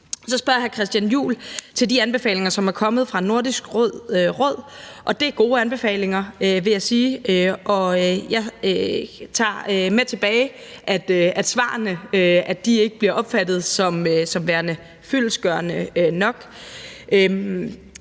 Så spørger hr. Christian Juhl om de anbefalinger, som er kommet fra Nordisk Råd. Det er gode anbefalinger, vil jeg sige, og jeg tager med tilbage, at svarene ikke bliver opfattet som værende fyldestgørende nok.